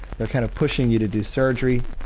they are kind of pushing you to do surgery.